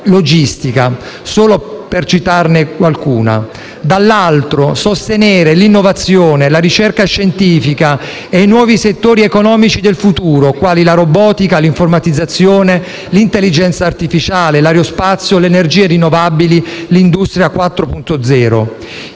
logistica, solo per citarne qualcuna; dall'altra, sostenere l'innovazione, la ricerca scientifica e i nuovi settori economici del futuro, quali la robotica, l'informatizzazione, l'intelligenza artificiale, l'aerospazio, le energie rinnovabili, l'industria 4.0.